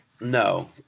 No